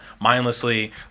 mindlessly